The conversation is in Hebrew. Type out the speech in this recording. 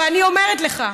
ואני אומרת לך,